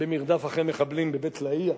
במרדף אחרי מחבלים בבית-לאהיה.